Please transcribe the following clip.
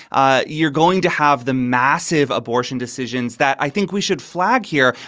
ah you're going to have the massive abortion decisions that i think we should flag here.